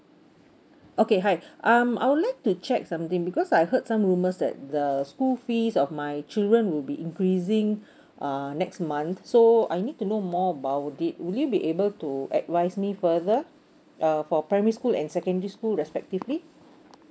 okay hi um I would like to check something because I heard some rumours that the school fees of my children will be increasing um next month so I need to know more about it would you be able to advise me further uh for primary school and secondary school respectively